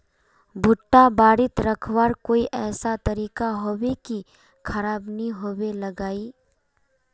भुट्टा बारित रखवार कोई ऐसा तरीका होबे की खराब नि होबे लगाई?